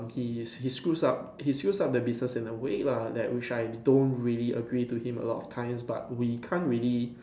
err he he screws up he screws up the business in a way lah that which I don't really agree to him a lot of times but we can't really